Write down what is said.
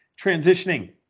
transitioning